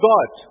God